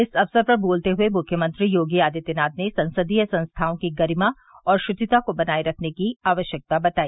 इस अवसर पर बोलते हुए मुख्यमंत्री योगी आदित्यनाथ ने संसदीय संस्थाओं की गरिमा और शुचिता को बनाये रखने की आवश्यकता बताई